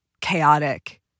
chaotic